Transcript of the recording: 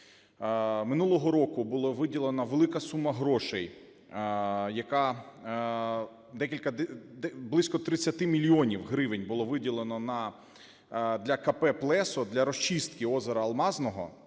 Минулого року була виділена велика сума грошей, яка… близько 30 мільйонів гривень було виділено для КП "Плесо" для розчистки озера Алмазного,